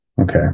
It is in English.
Okay